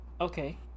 Okay